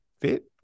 fit